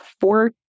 four